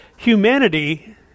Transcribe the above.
Humanity